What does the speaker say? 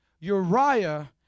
uriah